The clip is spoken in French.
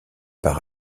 par